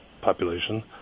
population